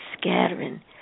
scattering